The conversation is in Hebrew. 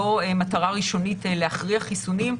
לא המטרה הראשונית להכריח חיסונים,